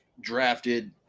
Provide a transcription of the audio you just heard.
drafted